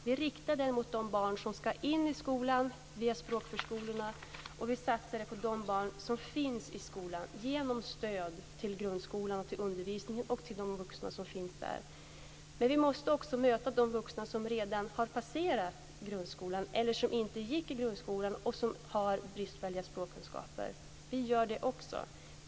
Vi riktar den mot de barn som ska in i skolan via språkförskolorna, och vi satsar på de barn som finns i skolorna genom stöd till grundskolan och till undervisningen och till de vuxna som finns där. Men vi måste också möta de vuxna som redan har passerat grundskolan eller som inte gick i grundskolan och som har bristfälliga språkkunskaper. Även det gör vi.